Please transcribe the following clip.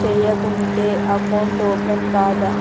చేయకుంటే account open కాదా?